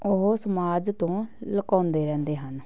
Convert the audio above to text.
ਉਹ ਸਮਾਜ ਤੋਂ ਲੁਕਾਉਂਦੇ ਰਹਿੰਦੇ ਹਨ